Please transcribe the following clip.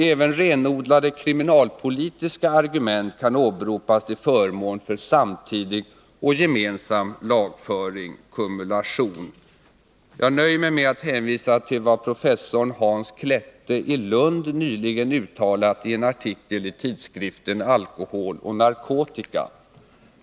Även renodlade kriminalpolitiska argument kan åberopas till förmån för samtidig och gemensam lagföring . Jag nöjer mig med att hänvisa till vad professor Hans Klette i Lund nyligen uttalat i en artikel i tidskriften Alkohol och Narkotika.